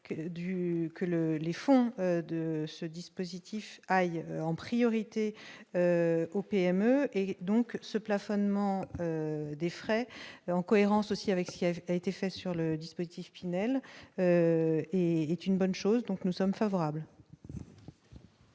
le les fonds de ce dispositif aillent en priorité aux PME et donc ce plafonnement des frais en cohérence aussi avec ce qui avait été fait sur le dispositif Pinel et c'est une bonne chose, donc nous sommes favorables.